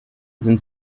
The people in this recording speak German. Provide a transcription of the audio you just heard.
sind